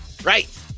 Right